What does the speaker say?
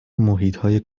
محیطهای